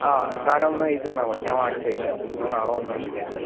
ആ സാധനം ഒന്ന് എഴുതി തന്നാൽ മതി ഞാൻ വാങ്ങിച്ച് വയ്ക്കാം അപ്പം നിങ്ങള് നാളെ വന്ന് അത് റെഡി ആക്കാല്ലോ